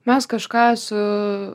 mes kažką su